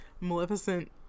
Maleficent